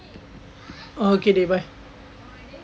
okay dey bye